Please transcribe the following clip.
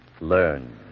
learn